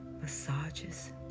massages